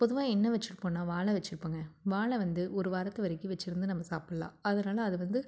பொதுவாக என்ன வச்சிருப்போன்னா வாழை வச்சிருப்போங்க வாழை வந்து ஒரு வாரத்து வரைக்கும் வச்சிருந்து நம்ம சாப்பிடலாம் அதனால் அதை வந்து